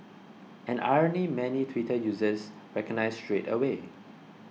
an irony many Twitter users recognised straight away